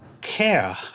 care